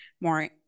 more